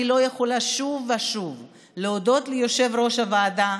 אני לא יכולה שלא להודות שוב ושוב ליושב-ראש הוועדה,